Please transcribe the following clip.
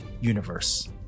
Universe